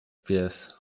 pies